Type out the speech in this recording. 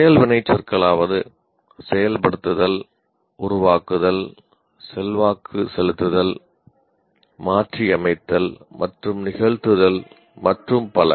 செயல் வினைச்சொற்களாவது செயல்படுதல் உருவாக்குதல் செல்வாக்கு செலுத்துதல் மாற்றியமைத்தல் மற்றும் நிகழ்த்துதல் மற்றும் பல